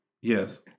Yes